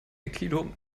aikido